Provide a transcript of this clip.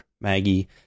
Maggie